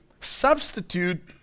substitute